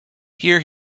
here